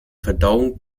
verdauung